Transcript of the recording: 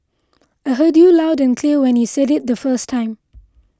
I heard you loud and clear when you said it the first time